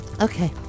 Okay